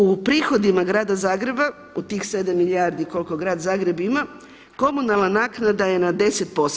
U prihodima grada Zagreba u tih 7 milijardi koliko Grad Zagreb ima komunalna naknada je na 10%